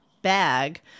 bag